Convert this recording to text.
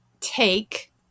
take